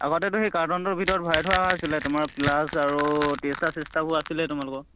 আগতেতো সেই কাৰ্টনটোৰ ভিতৰত ভাই থোৱা আছিলে তোমাৰ প্লাছ আৰু টেষ্টাৰ চেষ্টাৰবোৰ আছিলে তোমালোকৰ